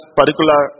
particular